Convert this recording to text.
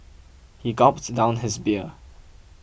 he gulped down his beer